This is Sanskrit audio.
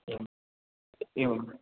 एवम् एवम्